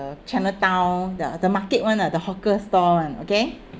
the chinatown the the market one lah the hawker store and okay